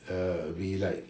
err we like